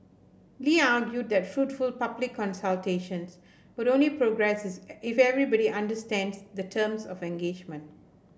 Lee argued that fruitful public consultations would only progress is if everybody understands the terms of engagement